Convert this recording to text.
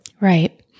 Right